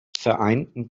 vereinten